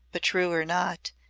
but true or not,